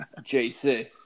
JC